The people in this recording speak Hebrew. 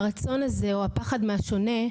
הרצון הזה, או הפחד מהשונה,